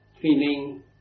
feeling